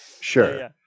Sure